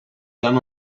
gun